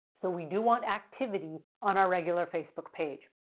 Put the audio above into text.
so, we do want activity on our regular facebook page.